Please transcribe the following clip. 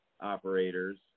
operators